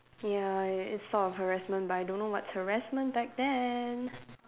ya it it's sort of harassment but I don't know what's harassment back then